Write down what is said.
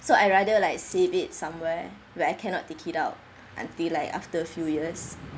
so I rather like save it somewhere where I cannot take it out until like after a few years